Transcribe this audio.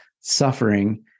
suffering